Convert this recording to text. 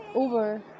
Uber